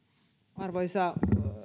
arvoisa